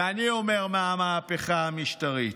ואני אומר, מהמהפכה המשטרית.